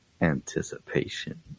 Anticipation